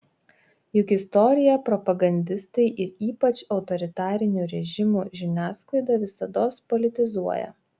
juk istoriją propagandistai ir ypač autoritarinių režimų žiniasklaida visados politizuoja